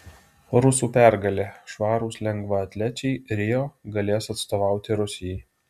rusų pergalė švarūs lengvaatlečiai rio galės atstovauti rusijai